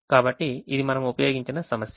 కాబట్టి ఇది మనము ఉపయోగించిన సమస్య